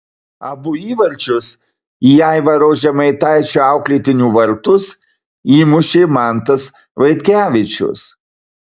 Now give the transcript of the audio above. abu įvarčius į aivaro žemaitaičio auklėtinių vartus įmušė mantas vaitkevičius